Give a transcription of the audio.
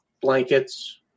blankets